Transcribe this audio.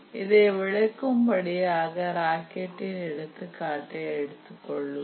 இதை விளக்கும் படியாக ராக்கெட்டின் எடுத்துக்காட்டை அறிந்து கொள்வோம்